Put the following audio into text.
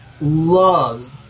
loves